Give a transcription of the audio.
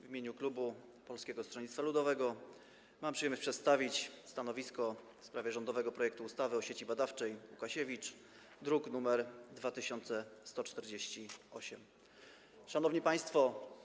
W imieniu klubu Polskiego Stronnictwa Ludowego mam przyjemność przedstawić stanowisko w sprawie rządowego projektu ustawy o Sieci Badawczej: Łukasiewicz, druk nr 2148. Szanowni Państwo!